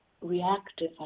reactive